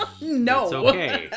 no